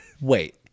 Wait